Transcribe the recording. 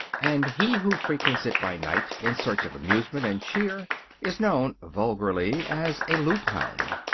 and he who frequents it by night in search of amusement and cheer is known, vulgarly, as a loop-hound.